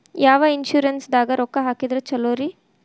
ಯಾವ ಇನ್ಶೂರೆನ್ಸ್ ದಾಗ ರೊಕ್ಕ ಹಾಕಿದ್ರ ಛಲೋರಿ?